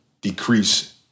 decrease